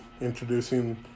introducing